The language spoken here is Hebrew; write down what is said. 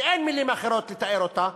שאין מילים אחרות לתאר אותה,